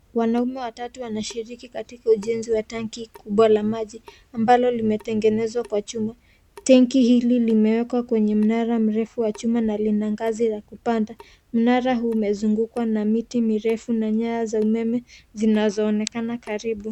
Wanaume watatu wanashiriki katika ujenzi wa tanki kubwa la maji ambalo limetengenezwa kwa chuma. Tenki hili limeekwa kwenye mnara mrefu wa chuma na lina ngazi ya kupanda. Mnara huu umezungukwa na miti mirefu na nyaya za umeme zinazoonekana karibu.